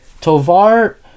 Tovar